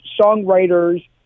songwriters